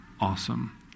awesome